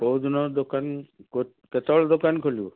କେଉଁ ଦିନ ଦୋକାନ କେତେବେଳେ ଦୋକାନ ଖୋଲିବ